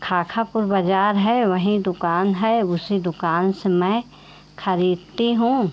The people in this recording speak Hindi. खाखापुर बाज़ार है वहीं दुकान है उसी दुकान से मैं ख़रीदती हूँ